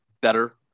better